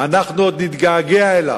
אנחנו עוד נתגעגע אליו,